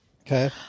Okay